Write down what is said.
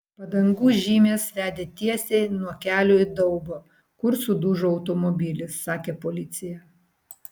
padangų žymės vedė tiesiai nuo kelio į daubą kur sudužo automobilis sakė policija